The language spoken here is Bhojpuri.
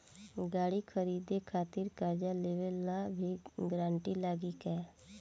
गाड़ी खरीदे खातिर कर्जा लेवे ला भी गारंटी लागी का?